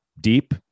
deep